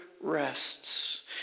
rests